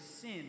sin